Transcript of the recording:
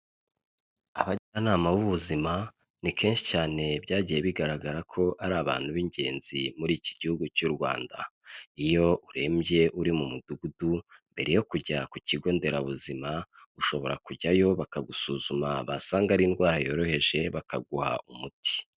Abajyanama b'ubuzima ni kenshi cyane byagiye bigaragara ko ari abantu b'ingenzi muri iki gihugu cy'u Rwanda iyo urembye uri mu mudugudu mbere yo kujya ku kigo nderabuzima ushobora kujyayo bakagusuzuma basanga ari indwara yoroheje bakaguha umuti.